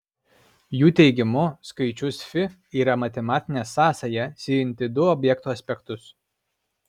jų teigimu skaičius fi yra matematinė sąsaja siejanti du objekto aspektus